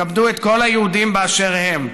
כבדו את כל היהודים באשר הם,